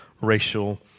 racial